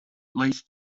least